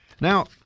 Now